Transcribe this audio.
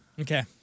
Okay